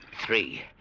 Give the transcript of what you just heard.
Three